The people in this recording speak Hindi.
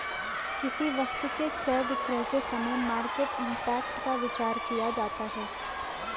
किसी वस्तु के क्रय विक्रय के समय मार्केट इंपैक्ट का विचार किया जाता है